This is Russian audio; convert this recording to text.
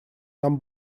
нам